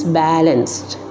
balanced